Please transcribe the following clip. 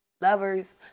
Lovers